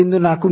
4 ಮಿ